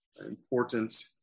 important